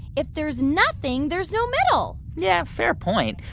if there's nothing, there's no middle yeah, fair point.